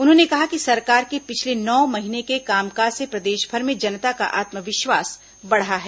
उन्होंने कहा कि सरकार के पिछले नौ महीनों के कामकाज से प्रदेशभर में जनता का आत्मविश्वास बढ़ा है